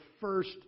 first